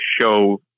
show